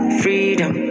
freedom